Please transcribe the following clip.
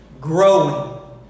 Growing